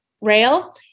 rail